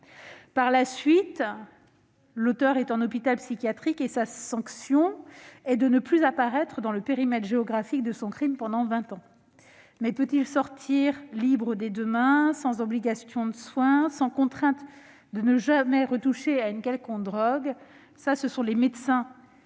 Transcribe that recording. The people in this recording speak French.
Pour la suite, l'auteur est en hôpital psychiatrique et sa seule sanction est de ne plus apparaître dans le périmètre géographique de son crime pendant vingt ans. Pourrait-il sortir libre dès demain, sans obligation de soins, sans être contraint de ne jamais retoucher à une quelconque drogue ?